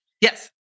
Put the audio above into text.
Yes